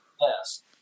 Yes